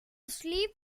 sleep